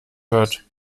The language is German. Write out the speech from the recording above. hört